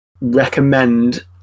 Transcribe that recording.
recommend